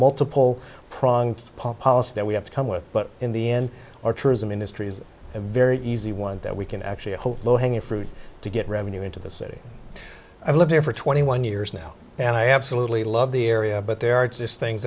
multiple pronged policy that we have to come with but in the end or tourism industry is a very easy one that we can actually hope low hanging fruit to get revenue into the city i've lived there for twenty one years now and i absolutely love the area but there are things